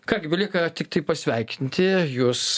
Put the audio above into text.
ką gi belieka tiktai pasveikinti jus